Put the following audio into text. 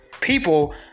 people